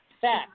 Fact